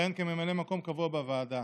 יכהן כממלא מקום קבוע בוועדה.